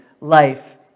life